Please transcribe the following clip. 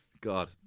God